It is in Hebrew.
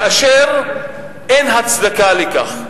כאשר אין הצדקה לכך,